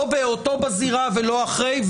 לא בהיותו בזירה ולא אחרי,